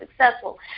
successful